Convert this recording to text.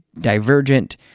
divergent